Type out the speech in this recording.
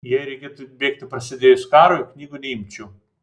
jei reikėtų bėgti prasidėjus karui knygų neimčiau